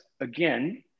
again